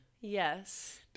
Yes